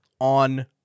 on